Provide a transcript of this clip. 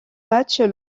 matchs